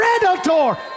predator